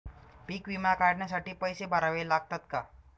पीक विमा काढण्यासाठी पैसे भरावे लागतात का?